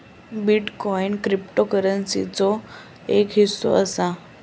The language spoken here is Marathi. बिटकॉईन क्रिप्टोकरंसीचोच एक हिस्सो असा